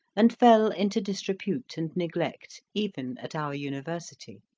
and fell into disrepute and neglect even at our university.